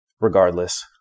regardless